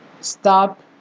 stop